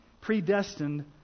predestined